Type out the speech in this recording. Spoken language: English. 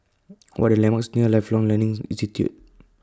What Are The landmarks near Lifelong Learning Institute